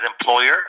employer